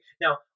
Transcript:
Now